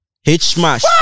H-smash